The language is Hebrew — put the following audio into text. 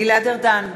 גלעד ארדן,